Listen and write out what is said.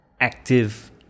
active